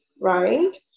right